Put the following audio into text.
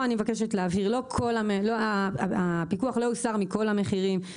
אני מבקשת להבהיר: הפיקוח לא יוסר מכל המחירים.